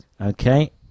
Okay